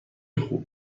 خوب